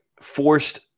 forced